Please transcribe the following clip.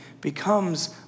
becomes